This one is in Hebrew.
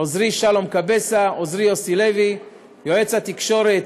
עוזרי שלום קבסה, עוזרי יוסי לוי, יועץ התקשורת,